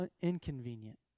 inconvenient